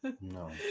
No